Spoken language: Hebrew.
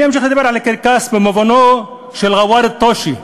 אני אמשיך לדבר על הקרקס במובנו של ג'וואר א-טושה.